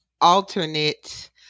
alternate